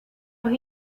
los